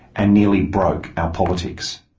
and nearly broke our politics.